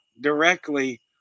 directly